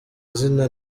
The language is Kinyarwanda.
izina